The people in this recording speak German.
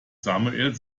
samuel